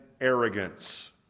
arrogance